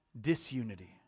disunity